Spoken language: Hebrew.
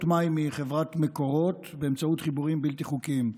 מים מחברת מקורות באמצעות חיבורים בלתי חוקיים,